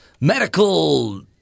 Medical